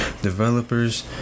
Developers